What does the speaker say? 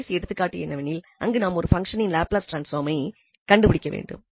கடைசி எடுத்துக்காட்டு என்னவெனில் அங்கு நாம் ஒரு பங்சனின் லாப்லஸ் டிரான்ஸ்பாமை கண்டுபிடிக்க வேண்டும்